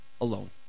alone